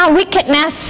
wickedness